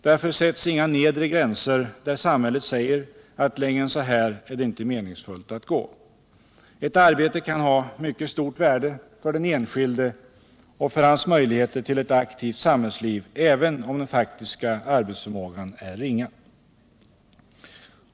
Därför sätts inga nedre gränser där samhället säger att längre än så här är det inte meningsfullt att gå. Ett arbete kan ha mycket stort värde för den enskilde och för hans möjligheter till ett aktivt samhällsliv även om den faktiska arbetsförmågan är ringa.